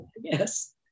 yes